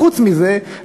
חוץ מזה,